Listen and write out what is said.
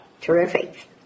Terrific